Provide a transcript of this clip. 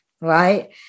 right